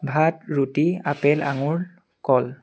ভাত ৰুটি আপেল আঙুৰ কল